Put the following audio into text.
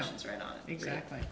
know exactly